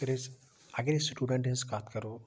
اَگر أسۍ اَگر أسۍ سٕٹوٗڈنٛٹَن ہِنٛز کَتھ کرو